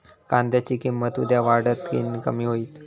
कांद्याची किंमत उद्या वाढात की कमी होईत?